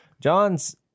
John's